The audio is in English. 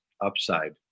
upside